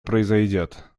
произойдет